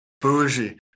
Bougie